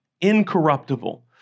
incorruptible